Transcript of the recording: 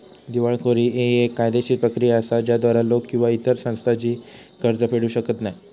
दिवाळखोरी ही येक कायदेशीर प्रक्रिया असा ज्याद्वारा लोक किंवा इतर संस्था जी कर्ज फेडू शकत नाही